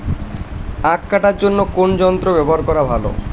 আঁখ কাটার জন্য কোন যন্ত্র ব্যাবহার করা ভালো?